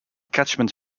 catchment